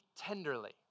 tenderly